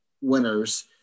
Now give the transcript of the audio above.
winners